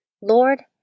Lord